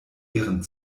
ihren